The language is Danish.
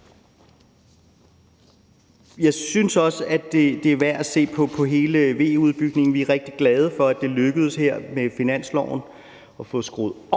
Jeg synes også, det er værd at se på hele VE-udbygningen. Vi er rigtig glade for, at det lykkedes her med finansloven at få skruet